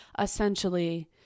Essentially